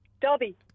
Dobby